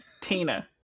Tina